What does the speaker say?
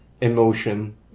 emotion